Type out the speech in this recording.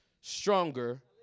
stronger